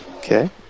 Okay